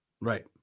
Right